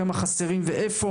כמה חסרים ואיפה,